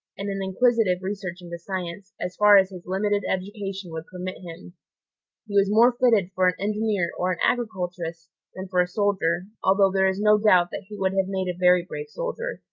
and an inquisitive research into science, as far as his limited education would permit him. he was more fitted for an engineer or an agriculturist than for a soldier, although there is no doubt that he would have made a very brave soldier,